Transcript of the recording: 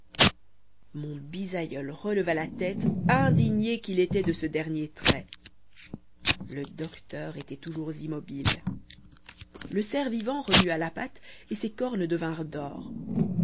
mon bisaïeul releva la tête indigné qu'il était de ce dernier trait le docteur était toujours immobile le cerf vivant remua la patte et ses cornes